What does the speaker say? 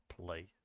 play